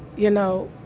you know,